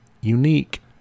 unique